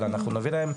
אלא אנחנו נביא להם,